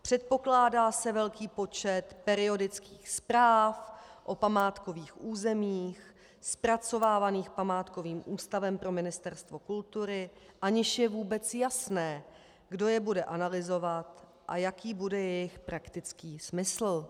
Předpokládá se velký počet periodických zpráv o památkových územích zpracovávaných památkovým ústavem pro Ministerstvo kultury, aniž je vůbec jasné, kdo je bude analyzovat a jaký bude jejich praktický smysl.